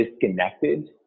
disconnected